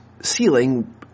ceiling